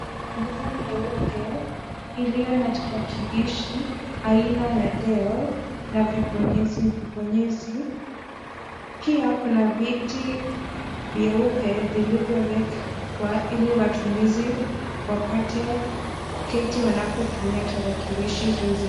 Meza nyeupe iliyo na tarakilishi aina ya del na vibonyezi vibonyezi, pia kuna viti vyeupe vilivyowekwa ili watumizi wapate kuketi wanapotumia tarakilishi hizi.